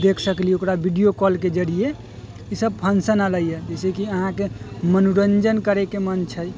देख सकली ओकरा वीडिओ कॉलके जरिए ईसब फँक्शन हलै हँ जइसेकि अहाँके मनोरञ्जन करैके मोन छै